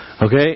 Okay